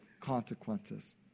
consequences